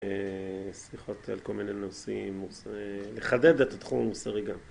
סליחות על כל מיני נושאים, לחדד את התחום המוסרי גם.